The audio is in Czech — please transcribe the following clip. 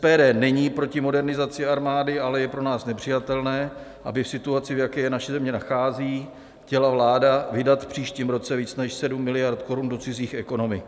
SPD není proti modernizaci armády, ale je pro nás nepřijatelné, aby v situaci, v jaké se naše země nachází, chtěla vláda vydat v příštím roce více než 7 mld. korun do cizích ekonomik.